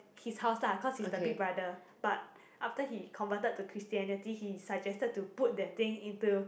his house lah cause he's the big brother but after he converted to Christianity he suggested to put that thing into